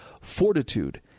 fortitude